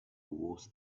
was